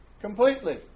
completely